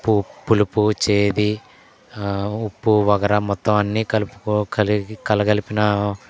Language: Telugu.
పు పులుపు చేదు ఉప్పు వగర మొత్తం అన్ని కలుపుకో కలిగి కలగలిపినా